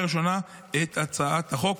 אני מבקש לאשר בקריאה ראשונה את הצעת החוק.